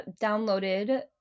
downloaded